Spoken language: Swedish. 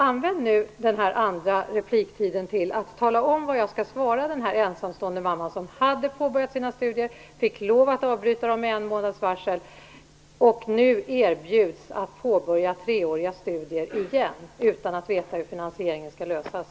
Använd nu den andra repliken till att tala om vad jag skall svara den ensamstående mamma som hade påbörjat sina studier, fick lova att avbryta dem med en månads varsel och nu erbjuds att påbörja treåriga studier igen, utan att veta hur finansieringen skall lösas.